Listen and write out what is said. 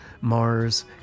Mars